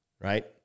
Right